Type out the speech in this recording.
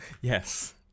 Yes